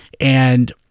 And-